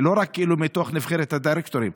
ולא רק מתוך נבחרת הדירקטורים.